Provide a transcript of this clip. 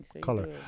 color